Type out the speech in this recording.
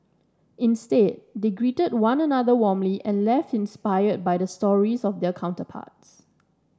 instead they greeted one another warmly and left inspired by the stories of their counterparts